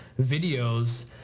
videos